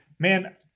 Man